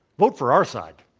vote for our side.